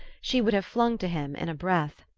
she would have flung to him in a breath.